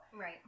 Right